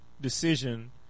decision